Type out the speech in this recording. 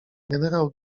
generał